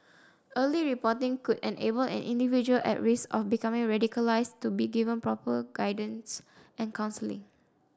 early reporting could enable an individual at risk of becoming radicalised to be given proper guidance and counselling